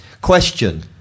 Question